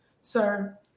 sir